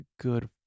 good